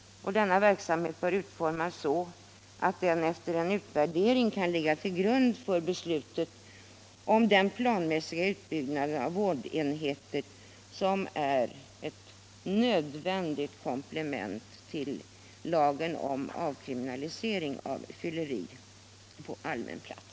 Denna verksamhet bör utformas så att den efter en utvärdering kan ligga tll grund för beslutet om den planmässiga utbyggnad av vårdenheter som är ett nödvändigt komplement till lagen om avkriminalisering av fylleri på allmän plats.